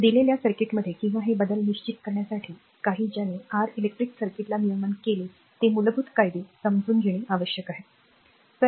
दिलेल्या सर्किटमध्ये किंवा हे बदल निश्चित करण्यासाठी काही मूलभूत कायदे समजून घेणे आवश्यक आहे ज्याने इलेक्ट्रिक सर्किटचे नियमन केले